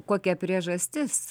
kokia priežastis